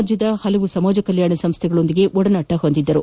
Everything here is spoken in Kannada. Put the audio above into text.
ರಾಜ್ಯದ ಹಲವಾರು ಸಮಾಜ ಕಲ್ಯಾಣ ಸಂಸ್ಥೆಗಳೊಂದಿಗೆ ಒಡನಾದ ಹೊಂದಿದ್ದರು